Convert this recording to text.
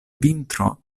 vintro